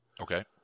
Okay